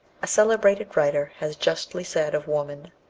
a celebrated writer has justly said of woman,